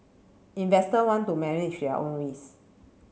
investor want to manage their own risk